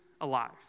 alive